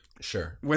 Sure